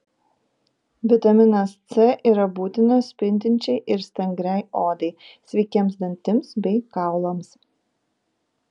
vitaminas c yra būtinas spindinčiai ir stangriai odai sveikiems dantims bei kaulams